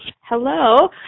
hello